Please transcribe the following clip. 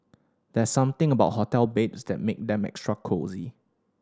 there's something about hotel beds that make them extra cosy